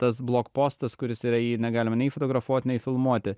tas blokpostas kuris yra jį negalima nei fotografuoti nei filmuoti